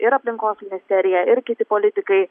ir aplinkos ministerija ir kiti politikai